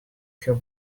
her